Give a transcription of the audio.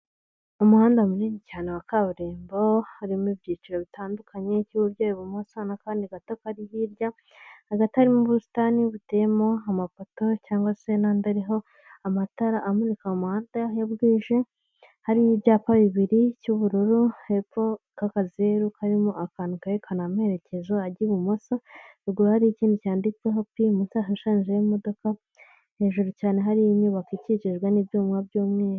Umuhanda munini cyane wa kaburimbo harimo ibyiciro bitandukanye by'ubugiye ibumoso n'akandi gato kari hirya hagati harimo ubusitani buteyemo amapoto cyangwa se n'andi ariho amatara amurika muhanda ya bwije harimo ibyapa bibiri cy'ubururu hepfo k'akazeru karimo akantu kerekana amerekezo ajya ibumoso, haruguru hari ikindi cyanditseho "P" munsi hashushanyijeho imodoka hejuru cyane hari inyubako ikikijwe n'ibyuma by'umweru.